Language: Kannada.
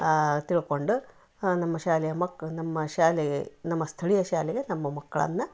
ಆ ತಿಳ್ಕೊಂಡು ನಮ್ಮ ಶಾಲೆಯ ಮಕ್ಕಳು ನಮ್ಮ ಶಾಲೆ ನಮ್ಮ ಸ್ಥಳೀಯ ಶಾಲೆಗೆ ನಮ್ಮ ಮಕ್ಕಳನ್ನ